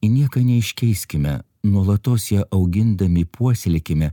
į nieką neiškeiskime nuolatos ją augindami puoselėkime